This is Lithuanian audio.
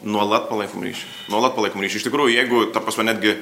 nuolat palaikom ryšį nuolat palaikom ryšį iš tikrųjų jeigu ta prasme netgi